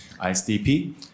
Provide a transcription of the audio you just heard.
ISDP